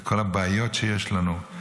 וכל הבעיות שיש לנו,